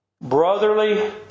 Brotherly